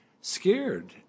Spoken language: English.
scared